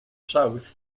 south